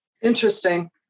Interesting